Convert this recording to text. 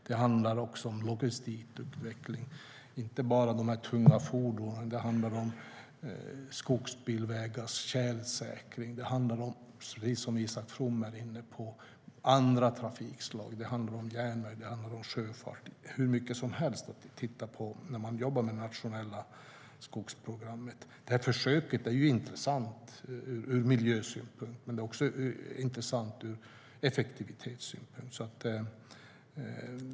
Det handlar om logistikutveckling, och då inte bara för de tunga fordonen, och om skogsbilvägars tjälsäkring. Det handlar också om andra trafikslag, järnväg och sjöfart, som Isak From var inne på. Det finns hur mycket som helst att titta på när man jobbar med det nationella skogsprogrammet. Det försöket är intressant ur miljösynpunkt, men det är intressant även ur effektivitetssynpunkt.